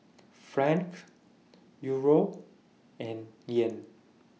Franc Euro and Yen